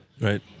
Right